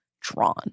drawn